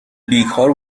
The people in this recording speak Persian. بیکار